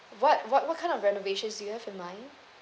what what what kind of renovation do you have in mind